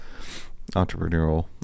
entrepreneurial